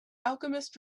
alchemist